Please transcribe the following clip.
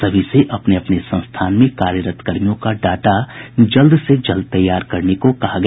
सभी से अपने अपने संस्थान में कार्यरत कर्मियों का डाटा जल्द से जल्द तैयार करने को कहा गया